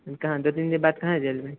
कहाँ दो तीन दिन बाद कहाँ जेबही